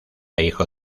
hijo